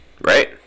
Right